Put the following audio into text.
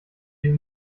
den